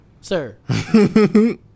sir